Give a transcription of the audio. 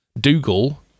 Dougal